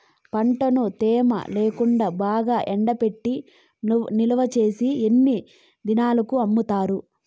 పంటను తేమ లేకుండా బాగా ఎండబెట్టి నిల్వచేసిన ఎన్ని దినాలకు అమ్ముతారు?